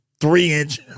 three-inch